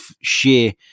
sheer